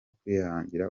kwihangira